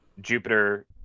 Jupiter